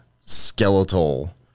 skeletal